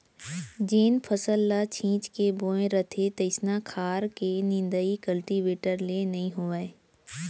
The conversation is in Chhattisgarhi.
जेन फसल ल छीच के बोए रथें तइसना खार के निंदाइ कल्टीवेटर ले नइ होवय